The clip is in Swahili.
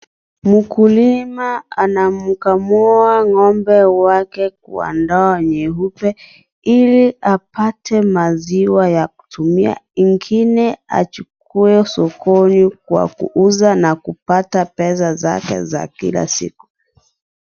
Mkulima anamkamua ng'ombe wake kwa ndoo nyeupe ili apate maziwa ya kutumia ingine achukue sokoni kwa kuuza na kupata pesa zake za kila siku.